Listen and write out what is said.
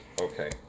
Okay